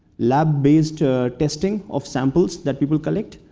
lab-based testing of samples that people collect,